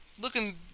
looking